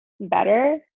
better